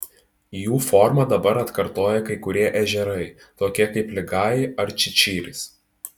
jų formą dabar atkartoja kai kurie ežerai tokie kaip ligajai ar čičirys